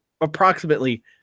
approximately